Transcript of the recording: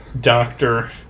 doctor